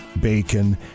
bacon